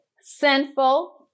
sinful